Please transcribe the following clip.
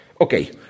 okay